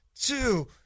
two